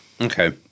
Okay